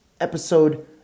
episode